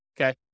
okay